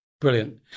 Brilliant